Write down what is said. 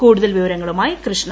കൂടുതൽ വിവരങ്ങളുമായി കൃഷ്ണ